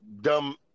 dumb